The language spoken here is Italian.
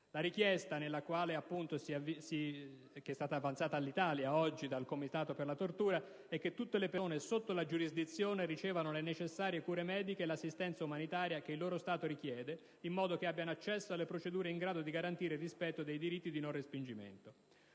La richiesta, avanzata oggi all'Italia dal Comitato per la prevenzione della tortura, è che tutte le persone sotto la sua giurisdizione ricevano le necessarie cure mediche e l'assistenza umanitaria che il loro stato richiede, in modo che abbiano accesso alle procedure in grado di garantire il rispetto del diritto di non respingimento.